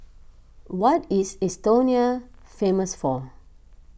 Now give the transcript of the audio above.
what is Estonia famous for